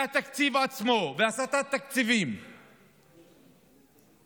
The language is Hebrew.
תגיד לי,